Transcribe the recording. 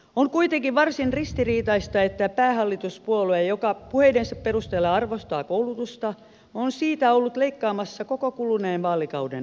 on kuitenkin varsin ristiriitaista että päähallituspuolue joka puheidensa perusteella arvostaa koulutusta on siitä ollut leikkaamassa koko kuluneen vaalikauden ajan